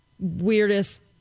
Weirdest